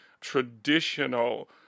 traditional